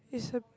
it's a